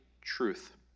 truth